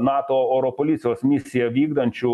nato oro policijos misiją vykdančių